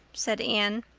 said anne.